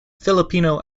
filipino